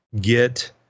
get